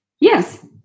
Yes